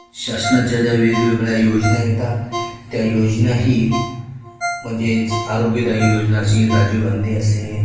शासनाच्या ज्या वेगवेगळ्या योजना येतात त्या योजनाही म्हणजेच आरोग्यदायिक योजना असेल राजीव गांधी असेल